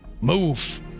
Move